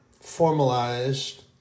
formalized